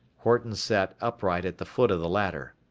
horton sat upright at the foot of the ladder.